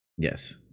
Yes